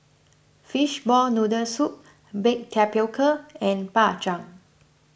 Fishball Noodle Soup Baked Tapioca and Bak Chang